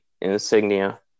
Insignia